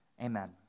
amen